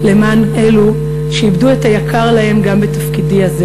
למען אלו שאיבדו את היקר להם גם בתפקידי הזה,